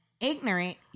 ignorant